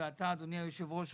אדוני היושב ראש,